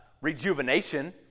rejuvenation